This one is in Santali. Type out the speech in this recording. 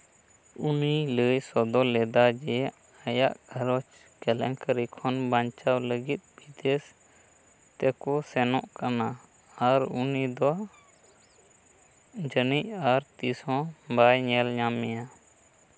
ᱩᱱᱤᱭ ᱞᱟᱹᱭ ᱥᱚᱫᱚᱨ ᱞᱮᱫᱟ ᱡᱮ ᱟᱭᱟᱜ ᱜᱷᱟᱨᱚᱸᱡᱽ ᱠᱮᱞᱮᱝᱠᱟᱨᱤ ᱠᱷᱚᱱ ᱵᱟᱧᱪᱟᱣ ᱞᱟᱹᱜᱤᱫ ᱵᱤᱫᱮᱥ ᱛᱮᱠᱚ ᱥᱮᱱᱚᱜ ᱠᱟᱱᱟ ᱟᱨ ᱩᱱᱤ ᱫᱚ ᱡᱟᱹᱱᱤᱡ ᱟᱨ ᱛᱤᱥᱦᱚᱸ ᱵᱟᱭ ᱧᱮᱞᱧᱟᱢ ᱢᱮᱭᱟ